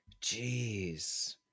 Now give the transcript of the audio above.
Jeez